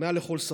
מעל לכל ספק: